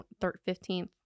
15th